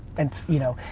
and it's, you know,